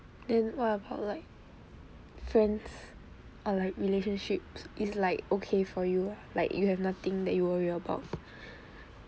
then what about like friends or like relationships it's like okay for you ah like you have nothing that you worry about